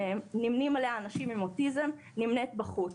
שנמנים עליה אנשים עם אוטיזם, נמנית בחוץ.